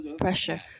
pressure